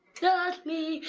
trust me,